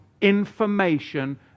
information